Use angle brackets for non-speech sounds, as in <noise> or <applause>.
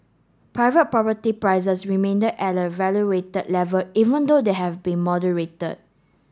private property prices remain <unintelligible> at an elevated level even though they have been moderated